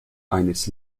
eines